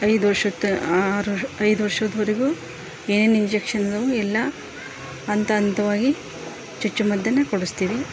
ಐದು ವರ್ಷಕ್ಕೆ ಆರು ಐದು ವರ್ಷದವರೆಗೂ ಏನು ಇಂಜೆಕ್ಷನ್ನದಾವು ಎಲ್ಲ ಹಂತ ಹಂತವಾಗಿ ಚುಚ್ಚುಮದ್ದನ್ನೇ ಕೊಡಿಸ್ತೀವಿ